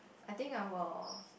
I think I will